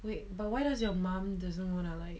wait but why does your mom doesn't wanna like